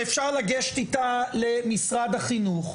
שאפשר לגשת איתה למשרד החינוך,